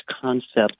concept